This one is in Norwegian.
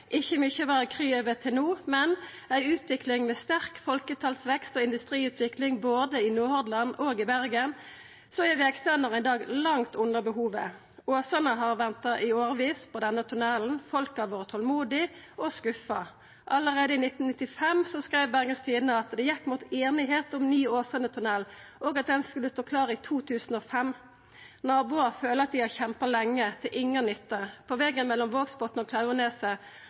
ikkje vore mykje å vera kry over til no, men med ei utvikling med sterk folketalsvekst og industriutvikling både i Nord-Hordland og i Bergen er vegstandarden i dag langt under behovet. Åsane har venta på denne tunnelen i årevis. Folk har vore tolmodige – og skuffa. Allereie i 1995 skreiv Bergens Tidende at det gjekk mot einigheit om ny Åsane-tunnel, og at han skulle stå klar i 2005. Naboar føler at dei har kjempa lenge til inga nytte. På vegen mellom Vågsbotn og